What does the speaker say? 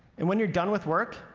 and when you're done with work,